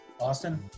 Austin